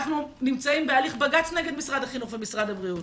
אנחנו נמצאים בהליך בג"ץ נגד משרד החינוך ומשרד הבריאות